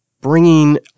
bringing